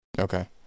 Okay